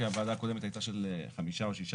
כי הוועדה הקודמת הייתה של חמישה או שישה.